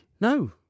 No